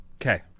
Okay